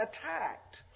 attacked